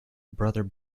brother